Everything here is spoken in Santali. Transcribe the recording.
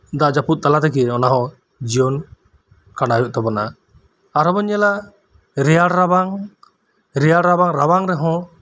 ᱫᱟᱜ ᱡᱟᱯᱩᱫ ᱛᱟᱞᱟ ᱛᱮᱜᱮ ᱚᱱᱟ ᱦᱚᱸ ᱡᱤᱭᱚᱱ ᱠᱷᱟᱸᱰᱟᱣ ᱦᱩᱭᱩᱜ ᱛᱟᱵᱚᱱᱟ ᱟᱨ ᱦᱚᱸ ᱵᱚᱱ ᱧᱮᱞᱟ ᱨᱮᱭᱟᱲ ᱨᱟᱵᱟᱝ ᱨᱮᱭᱟᱲ ᱨᱟᱵᱟᱝ ᱨᱟᱵᱟᱝ ᱨᱮᱦᱚᱸ